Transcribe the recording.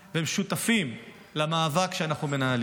והם שותפים למאבק שאנחנו מנהלים.